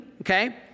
okay